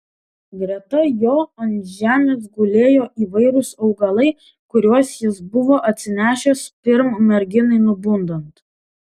greta jo ant žemės gulėjo įvairūs augalai kuriuos jis buvo atsinešęs pirm merginai nubundant